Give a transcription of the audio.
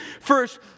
First